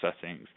settings